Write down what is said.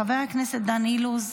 חבר הכנסת דן אילוז,